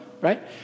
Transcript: right